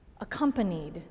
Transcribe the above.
accompanied